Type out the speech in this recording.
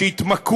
שהצטרפו